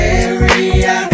area